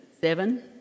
Seven